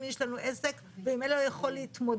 מי יש לנו עסק וממילא לא יכול להתמודד.